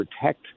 protect